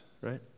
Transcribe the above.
right